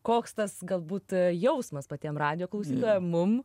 koks tas galbūt jausmas patiem radijo klausytojam mum